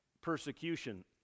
persecution